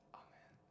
amen